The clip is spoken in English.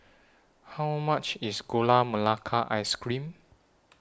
How much IS Gula Melaka Ice Cream